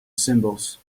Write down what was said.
symbols